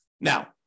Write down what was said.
Now